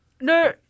No